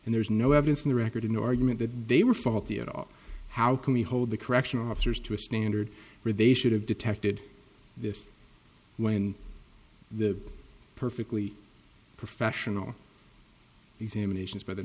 and there's no evidence in the record in the argument that they were faulty at all how can we hold the correctional officers to a standard where they should have detected this when the perfectly professional examinations by the